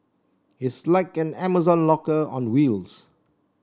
it's like an Amazon locker on wheels